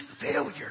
failure